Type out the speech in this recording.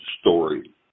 story